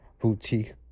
boutique